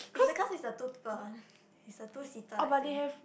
it's the class is the two people one it's the two seater I think